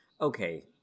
Okay